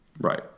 Right